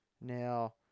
Now